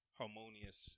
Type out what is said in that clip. harmonious